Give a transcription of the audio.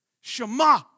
Shema